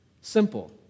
Simple